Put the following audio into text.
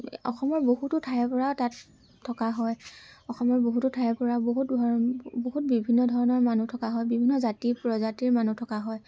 অসমৰ বহুতো ঠাইৰপৰা তাত থকা হয় অসমৰ বহুতো ঠাইৰপৰা বহুতো বহুত বিভিন্ন ধৰণৰ মানুহ থকা হয় বিভিন্ন ধৰণৰ জাতি প্ৰজাতিৰ মানুহ থকা হয়